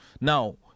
Now